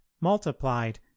multiplied